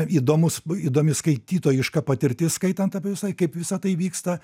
įdomus įdomi skaitytojiška patirtis skaitant apie visai kaip visa tai vyksta